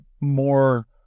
more